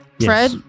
Fred